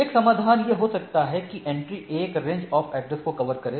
एक समाधान यह हो सकता है कि एंट्री 1 रेंज ऑफ एड्रेस को कवर करें